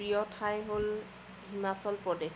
প্ৰিয় ঠাই হ'ল হিমাচল প্ৰদেশ